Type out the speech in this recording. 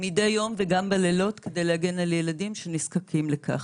מדי יום וגם בלילות כדי להגן על ילדים שנזקקים לכך.